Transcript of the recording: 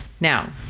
Now